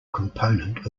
component